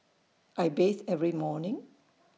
I bathe every morning